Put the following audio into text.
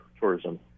tourism